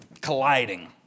colliding